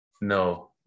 No